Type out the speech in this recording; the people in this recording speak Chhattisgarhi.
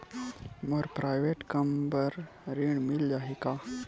मोर प्राइवेट कम बर ऋण मिल जाही का?